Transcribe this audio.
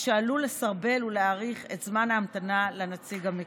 מה שעלול לסרבל ולהאריך את זמן ההמתנה לנציג המקצועי.